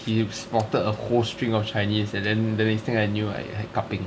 he sprouted a whole string of chinese and then the next thing I knew I cupping